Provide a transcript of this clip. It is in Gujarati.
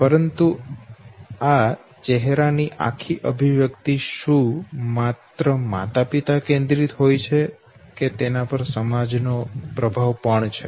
પરંતુ આ ચહેરાની આખી અભિવ્યક્તિ શું માત્ર માતાપિતા કેન્દ્રિત હોય છે કે તેના પર સમાજ નો પ્રભાવ પણ છે